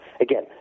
again